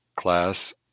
Class